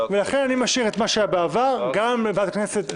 לכן אני משאיר את מה שהיה בעבר גם ועדת הכנסת,